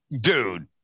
dude